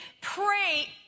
pray